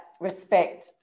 respect